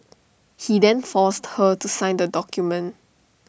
he then forced her to sign the document